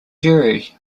jury